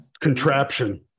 contraption